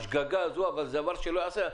השגגה הזאת, אבל זה דבר שלא ייעשה.